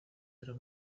pero